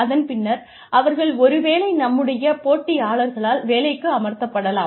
அதன் பின்னர் அவர்கள் ஒருவேளை நம்முடைய போட்டியாளர்களால் வேலைக்கு அமர்த்தப்படலாம்